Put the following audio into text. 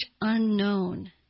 unknown